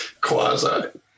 quasi